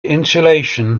insulation